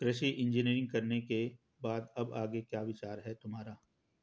कृषि इंजीनियरिंग करने के बाद अब आगे का क्या विचार है तुम्हारा?